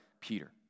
Peter